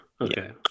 okay